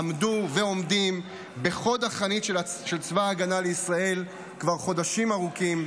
עמדו ועומדים בחוד החנית של צבא ההגנה לישראל כבר חודשים ארוכים,